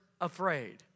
afraid